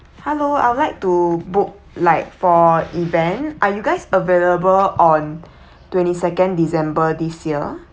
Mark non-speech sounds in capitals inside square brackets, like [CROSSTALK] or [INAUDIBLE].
hello I would like to book like for event are you guys available on [BREATH] twenty second december this year